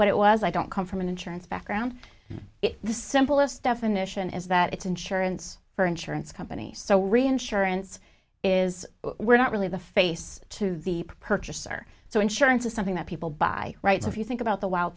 was i don't come from an insurance background it's the simplest definition is that it's insurance for insurance companies so reinsurance is were not really the face to the purchaser so insurance is something that people buy rights if you think about the